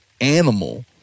animal